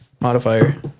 modifier